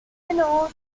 fenoz